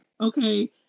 okay